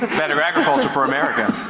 better agriculture for america.